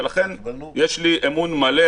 ולכן יש לי אמון מלא,